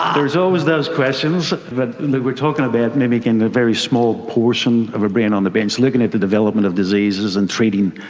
um there's always those questions. but we're talking about mimicking a very small portion of a brain on the bench, looking at the development of diseases and treating,